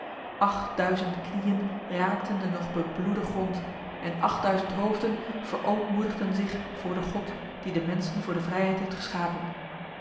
achtduizend knieën raakten de nog bebloede grond en achtduizend hoofden verootmoedigden zich voor de god die de mensen voor de vrijheid heeft geschapen